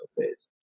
phase